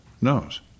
knows